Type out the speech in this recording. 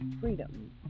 freedom